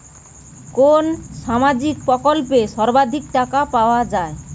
কোন সামাজিক প্রকল্পে সর্বাধিক টাকা পাওয়া য়ায়?